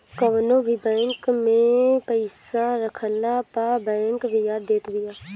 कवनो भी बैंक में पईसा रखला पअ बैंक बियाज देत बिया